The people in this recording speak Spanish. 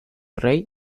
rey